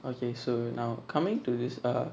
okay so now coming to this err